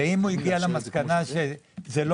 ואם הוא הגיע למסקנה שההיטל הזה לא